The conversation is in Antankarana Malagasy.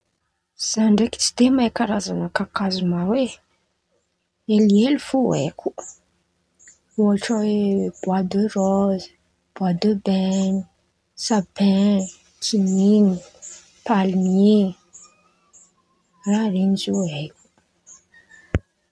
Za ndraiky tsy de mahay karazan̈a kakazo maro ai! Helihely fo aiko, ôhatra hoe: boa de rôzy, boa de bainy, sapin, kin̈ininy, palmie, raha zen̈y zen̈y ziô haiko.